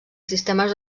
sistemes